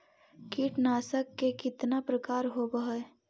कीटनाशक के कितना प्रकार होव हइ?